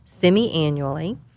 semi-annually